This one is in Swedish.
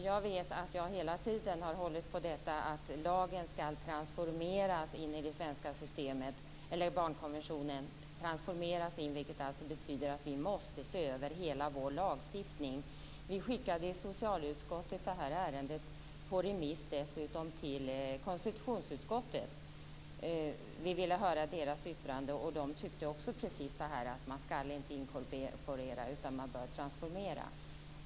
Jag vet att jag hela tiden har hållit på att barnkonventionen skall transformeras in i det svenska systemet. Det betyder alltså att vi måste se över hela vår lagstiftning. Vi i socialutskottet skickade dessutom det här ärendet på remiss till konstitutionsutskottet. Vi ville höra deras yttrande. De tyckte också precis så här, att man inte skall inkorporera, utan att man bör transformera.